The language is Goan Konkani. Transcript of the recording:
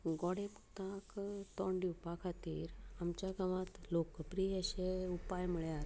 गोडें मुताक तोंड दिवपा खातीर आमच्या गांवांत लोकप्रीय अशे उपाय म्हळ्यार